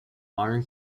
modern